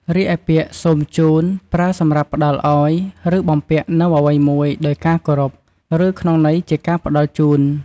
រីឯពាក្យ សូមជូន ប្រើសម្រាប់ផ្តល់ឲ្យ ឬបំពាក់នូវអ្វីមួយដោយការគោរព ឬក្នុងន័យជាការផ្តល់ជូន។